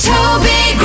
Toby